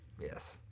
yes